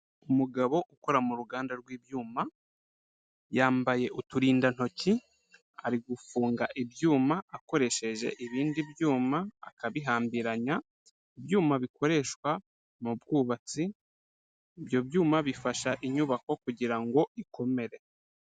Umugabo ukora mu ruganda rw'ibyuma, yambaye uturindantoki ari gufunga ibyuma akoresheje ibindi byuma akabihambiranya, ibyuma bikoreshwa mu bwubatsi, ibyo byuma bifasha inyubako kugira ngo ikomere.